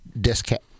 discount